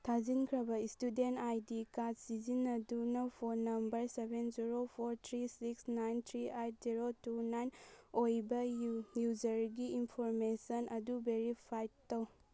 ꯊꯥꯖꯤꯟꯈ꯭ꯔꯕ student I D card ꯁꯤꯖꯤꯟꯅꯗꯨꯅ phone number seven zero four three six nine three eight zero two nine ꯑꯣꯏꯕ ꯌꯨꯖꯔꯒꯤ information ꯑꯗꯨ verify ꯇꯧ